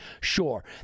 Sure